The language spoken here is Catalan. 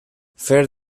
fer